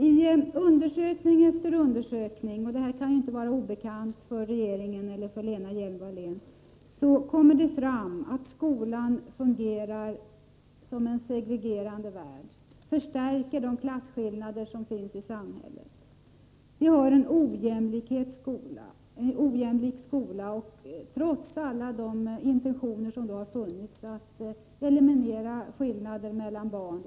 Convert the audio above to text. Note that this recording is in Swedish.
I undersökning efter undersökning kommer det fram — och det kan inte vara obekant för regeringen eller Lena Hjelm-Wallén — att skolan fungerar som en segregerande värld och förstärker de klasskillnader som finns i samhället. Vi har en ojämlik skola trots alla de intentioner som funnits att eliminera skillnader mellan barn.